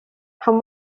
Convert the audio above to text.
how